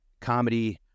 comedy